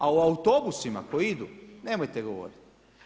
A o autobusima koji idu nemojte govoriti.